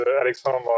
Alexandre